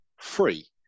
free